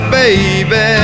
baby